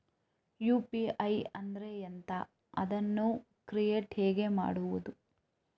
UPI ಅಂದ್ರೆ ಎಂಥ? ಅದನ್ನು ಕ್ರಿಯೇಟ್ ಹೇಗೆ ಮಾಡುವುದು?